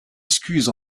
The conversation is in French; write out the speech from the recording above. excuse